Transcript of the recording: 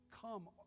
come